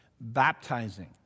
baptizing